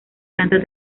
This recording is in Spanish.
canta